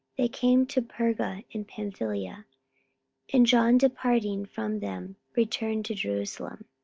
they came to perga in pamphylia and john departing from them returned to jerusalem.